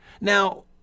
Now